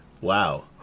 Wow